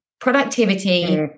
productivity